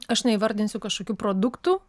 aš neįvardinsiu kažkokių produktų